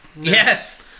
Yes